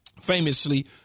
famously